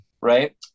Right